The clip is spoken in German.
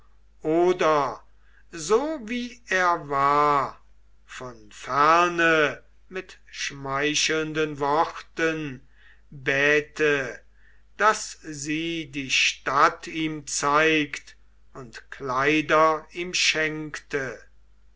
oder so wie er war von ferne mit schmeichelnden worten bäte daß sie die stadt ihm zeigt und kleider ihm schenkte